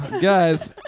Guys